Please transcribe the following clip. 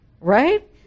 right